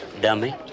dummy